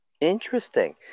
interesting